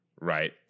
right